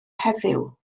heddiw